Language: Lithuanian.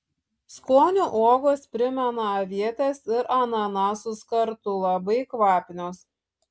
skoniu uogos primena avietes ir ananasus kartu labai kvapnios